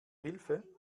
hilfe